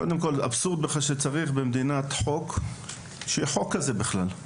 קודם כל אבסורד בכלל שצריך במדינת חוק שיהיה חוק כזה בכלל.